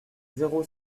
zéro